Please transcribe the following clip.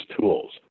tools